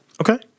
Okay